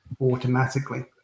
automatically